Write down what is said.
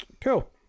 Cool